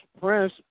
Prince